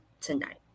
tonight